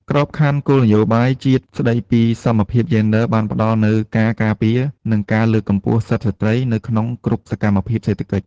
ក្របខ័ណ្ឌគោលនយោបាយជាតិស្ដីពីសមភាពយេនឌ័រ បានផ្ដល់នូវការការពារ និងការលើកកម្ពស់សិទ្ធិស្ត្រីនៅក្នុងគ្រប់សកម្មភាពសេដ្ឋកិច្ច។